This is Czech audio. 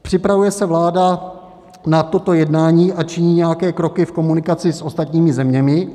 Připravuje se vláda na toto jednání a činí nějaké kroky v komunikaci s ostatními zeměmi?